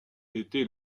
était